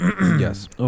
Yes